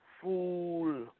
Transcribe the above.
fool